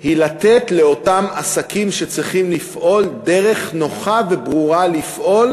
הוא לתת לאותם עסקים שצריכים לפעול דרך נוחה וברורה לפעול,